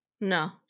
no